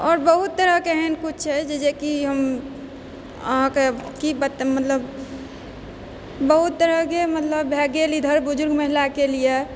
आओर बहुत तरहके एहन किछु छै जे कि हम अहाँके कि बते मतलब बहुत तरहके मतलब भए गेल मतलब इधर बुजुर्ग महिलाके लियऽ